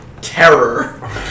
terror